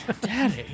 Daddy